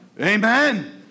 amen